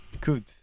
Good